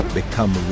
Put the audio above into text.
become